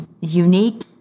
unique